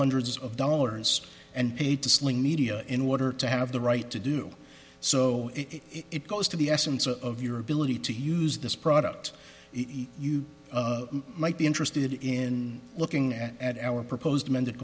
hundreds of dollars and paid to sling media in order to have the right to do so it goes to the essence of your ability to use this product you might be interested in looking at our proposed amended